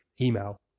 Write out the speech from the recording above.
email